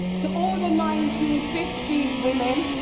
to all the nineteen fifty s women.